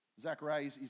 Zechariah